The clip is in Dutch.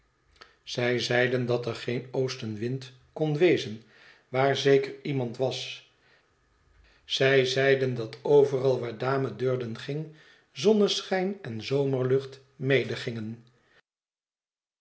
zij zeiden dat er geen oostenwind kon wezen waar zeker iemand was zij zeiden dat overal waar dame durden ging zonneschijn en